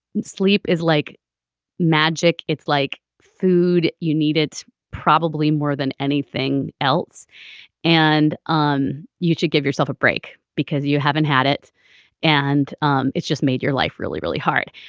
sleep is like magic. it's like food. you need it probably more than anything else and um you should give yourself a break because you haven't had it and um it's just made your life really really hard.